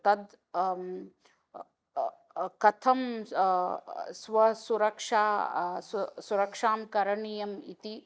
तत् कथं स् स्वसुरक्षा सु सुरक्षां करणीया इति